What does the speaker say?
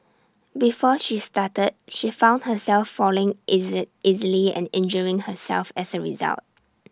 before she started she found herself falling easy easily and injuring herself as A result